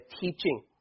teaching